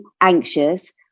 anxious